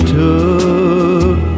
took